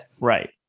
Right